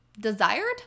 desired